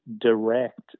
direct